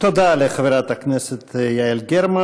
תודה לחברת הכנסת יעל גרמן.